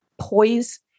poise